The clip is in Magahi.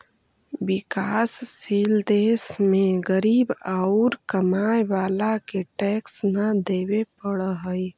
विकासशील देश में गरीब औउर कमाए वाला के टैक्स न देवे पडऽ हई